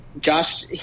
Josh